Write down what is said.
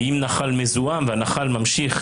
ואם הנחל מזוהם וממשיך